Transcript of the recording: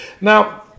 Now